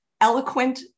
eloquent